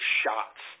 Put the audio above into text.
shots